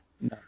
no